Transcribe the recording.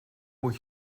moet